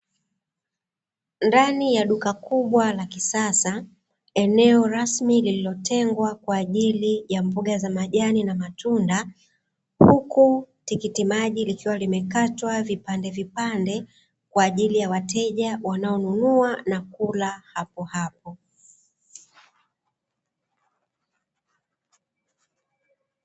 Ndani ya duka kubwa la kisasa, eneo rasmi lililotengwa kwa ajili ya mboga za majani na matunda, huku tikiti maji likiwa limekatwa vipandevipande kwa ajili ya wateja wanaonunua na kula hapohapo.